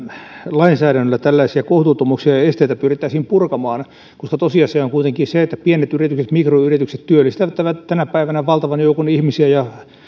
lainsäädännöllä tällaisia kohtuuttomuuksia ja esteitä pyrittäisiin purkamaan koska tosiasia on kuitenkin se että pienet yritykset mikroyritykset työllistävät tänä tänä päivänä valtavan joukon ihmisiä ja